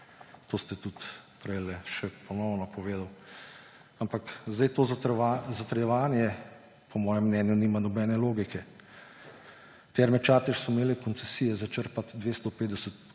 To ste tudi prej ponovno povedali, ampak sedaj to zatrjevanje po mojem mnenju nima nobene logike. Terme Čatež so imele koncesije za črpati 250